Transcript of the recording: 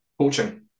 coaching